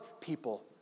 people